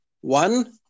One